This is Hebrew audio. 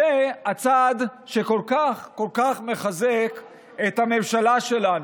זה הצעד שכל כך כל כך מחזק את הממשלה שלנו.